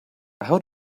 how